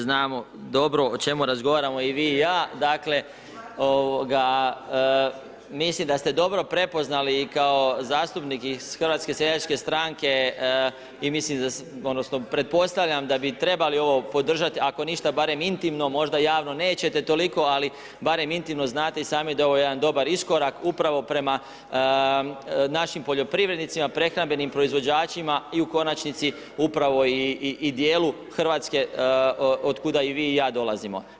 Znamo dobro o čemu razgovaramo i vi i ja, dakle mislim da ste dobro prepoznali i kao zastupnike iz HSS-a i mislim odnosno pretpostavljam da bi trebali ovo podržati ako ništa barem intimno možda javno nećete toliko ali barem intimno znate i sami da je ovo jedan dobar iskorak upravo prema našim poljoprivrednicima, prehrambenim proizvođačima i u konačnici upravo i djelu Hrvatske od kuda i vi i ja dolazimo.